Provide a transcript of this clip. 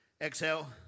Exhale